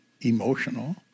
emotional